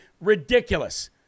ridiculous